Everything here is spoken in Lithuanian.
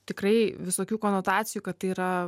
tikrai visokių konotacijų kad tai yra